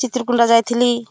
ଚିତ୍ରକୋଣ୍ଡା ଯାଇଥିଲି